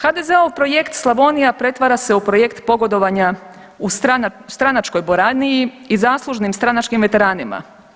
HDZ-ov projekt Slavonija pretvara se u projekt pogodovanja u stranačkoj boraniji i zaslužnim stranačkim veteranima.